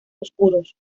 oscuros